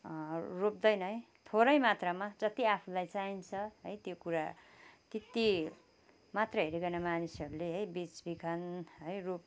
रोप्दैन है थोरै मात्रामा जति आफूलाई चाहिन्छ है त्यो कुरा त्यति मात्र हेरीकन मानिसहरूले है बेच बिखन है रोप